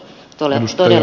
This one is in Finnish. värderade talman